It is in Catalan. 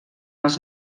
els